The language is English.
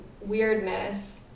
weirdness